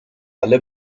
alle